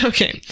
Okay